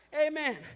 amen